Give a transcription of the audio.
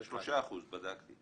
3%, בדקתי.